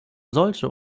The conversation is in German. solche